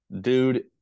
dude